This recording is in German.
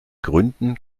gründen